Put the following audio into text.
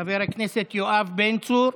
חבר הכנסת יואב בן צור.